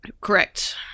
Correct